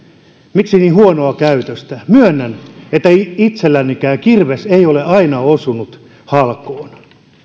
miksi niin huonoa käytöstä myönnän että itsellänikään kirves ei ole aina osunut halkoon